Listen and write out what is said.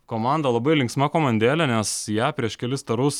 komanda labai linksma komandelė nes ją prieš kelis tarus